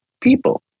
people